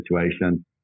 situation